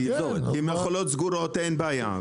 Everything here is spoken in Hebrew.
עם מכולות סגורות אין בעיה.